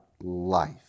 life